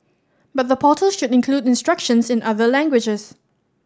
but the portal should include instructions in other languages